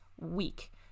week